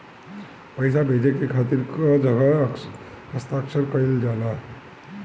पैसा भेजे के खातिर कै जगह हस्ताक्षर कैइल जाला?